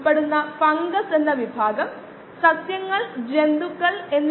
പക്ഷേ അല്ലാത്തപക്ഷം ഇത് പ്രധാനമായും ഈ സമവാക്യമാണ്